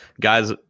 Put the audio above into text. guys